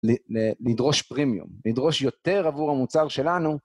לדרוש פרימיום, לדרוש יותר עבור המוצר שלנו.